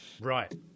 Right